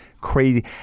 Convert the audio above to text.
crazy